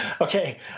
Okay